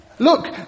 Look